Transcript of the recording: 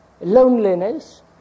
loneliness